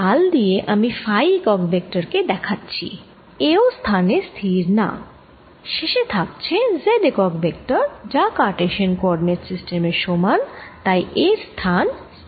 এই লাল দিয়ে আমি ফাই একক ভেক্টর কে দেখাচ্ছি এও স্থানে স্থির না শেষে থাকছে Z একক ভেক্টর যা কারটেসিয়ান কোঅরডিনেট সিস্টেম এর সমান তাই এর স্থান স্থির